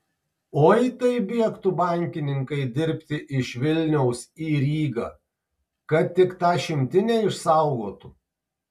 oi tai bėgtų bankininkai dirbti iš vilniaus į rygą kad tik tą šimtinę išsaugotų